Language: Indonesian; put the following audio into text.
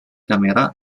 kamera